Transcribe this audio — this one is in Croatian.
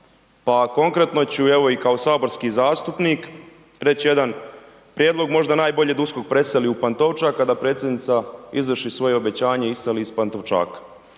Pa konkretno ću, evo i kao saborski zastupnik reć jedan prijedlog možda najbolje da USKOK preseli u Pantovčak, a da predsjednica izvrši svoje obećanje i iseli iz Pantovčaka,